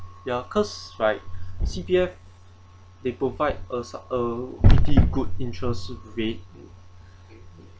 ya cause like C_P_F they provide uh so~ uh pretty good interest rate